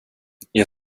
jag